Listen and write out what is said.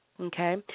Okay